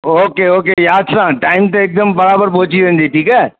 okay okay यादि सां time ते हिकदमु बराबरि पहुची वेंदी ठीकु आहे